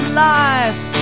life